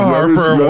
Harper